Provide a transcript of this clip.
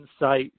insight